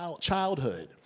childhood